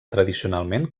tradicionalment